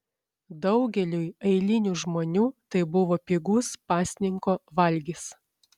daugeliui eilinių žmonių tai buvo pigus pasninko valgis